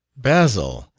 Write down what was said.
basil,